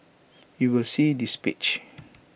you will see this page